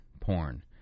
porn